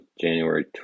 January